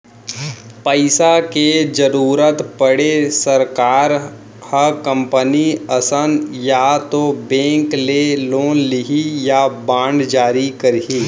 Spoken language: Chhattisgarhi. पइसा के जरुरत पड़े सरकार ह कंपनी असन या तो बेंक ले लोन लिही या बांड जारी करही